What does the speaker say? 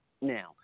now